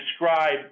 describe